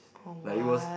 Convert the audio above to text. like it was